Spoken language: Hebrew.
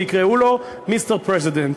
ויקראו לו Mr. President.